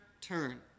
turn